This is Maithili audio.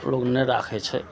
लोग नहि राखैत छै